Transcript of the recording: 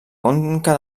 conca